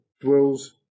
dwells